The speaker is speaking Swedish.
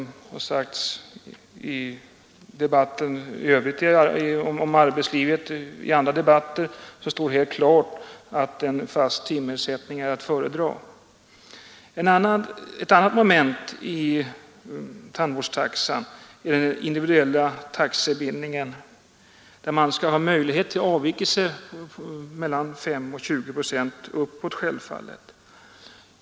Med hänsyn till vad som har sagts i dessa stycken i andra debatter tror jag det står helt klart att en fast timersättning i detta fall är att föredra. Ett annat moment i tandvårdstaxan är den individuella taxebindningen, alltså att man skall ha möjligheter till avvikelser mellan 5 och 20 procent — givetvis uppåt.